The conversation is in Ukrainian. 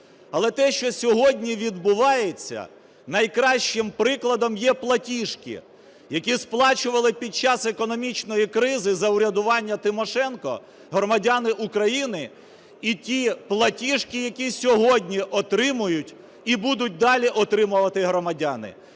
Але те, що сьогодні відбувається, найкращим прикладом є платіжки, які сплачували під час економічної кризи за урядування Тимошенко громадяни України, і ті платіжки, які сьогодні отримують і будуть далі отримувати громадяни.